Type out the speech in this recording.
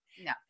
No